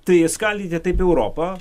tai skaldyti europą